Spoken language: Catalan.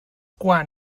quan